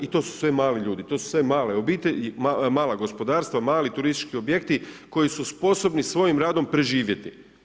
I to su sve mali ljudi, to su sve male obitelji, mala gospodarstva, mali turistički objekti koji su sposobni svojim radom preživjeti.